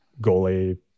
goalie